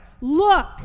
look